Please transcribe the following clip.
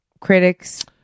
critics